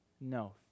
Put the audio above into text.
No